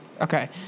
Okay